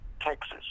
Texas